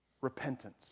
Repentance